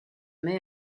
mai